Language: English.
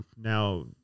now